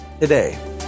today